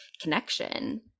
connection